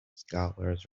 scholars